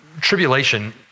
tribulation